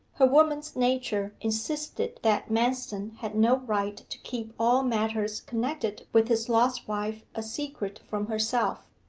her woman's nature insisted that manston had no right to keep all matters connected with his lost wife a secret from herself.